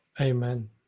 Amen